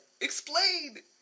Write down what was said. Explain